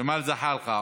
ג'מאל זחאלקה,